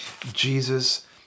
Jesus